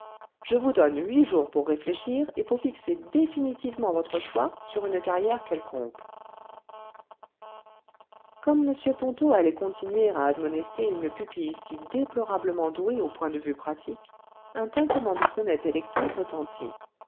je vous donne huit jours pour réfléchir et pour fixer définitivement votre choix sur une carrière quelconque comme m ponto allait continuer à admonester une pupille si déplorai ernent douée au point de vue pratique un tintement de sonnette électrique retentit